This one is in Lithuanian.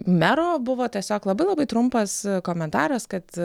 mero buvo tiesiog labai labai trumpas komentaras kad